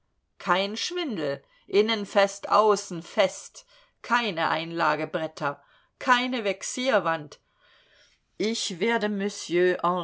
kein schwindel innen fest außen fest keine einlagebretter keine vexierwand ich werde monsieur